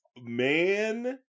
Man